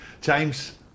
James